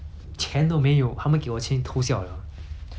then 过后就这样 lor 如果我 stay 超过六点